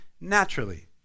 naturally